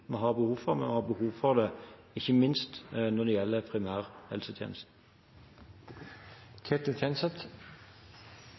vi har behov for. Vi har behov for det ikke minst når det gjelder primærhelsetjenesten.